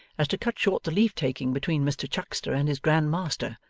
as to cut short the leave-taking between mr chuckster and his grand master,